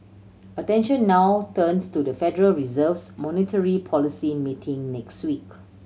attention now turns to the Federal Reserve's monetary policy meeting next week